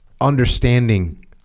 understanding